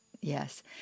Yes